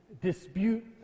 dispute